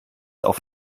auf